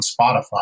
Spotify